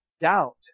doubt